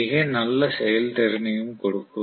மிக நல்ல செயல்திறனையும் கொடுக்கும்